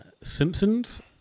Simpsons